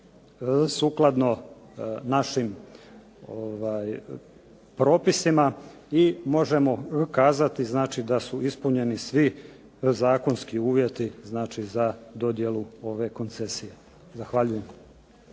sukladno našim propisima i možemo kazati da su ispunjeni svi zakonski uvjeti za dodjelu ove koncesije. Zahvaljujem.